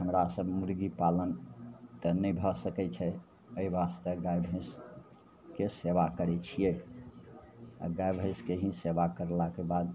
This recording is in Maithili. हमरासे मुरगीपालन तऽ नहि भै सकै छै ताहि वास्ते गाइ भैँसके सेवा करै छिए आ गाइ भैँसके ही सेवा करलाके बाद